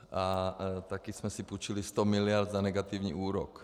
A taky jsme si půjčili 100 miliard za negativní úrok.